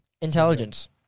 Intelligence